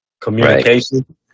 communication